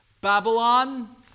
Babylon